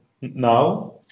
now